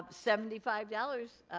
ah seventy five dollars,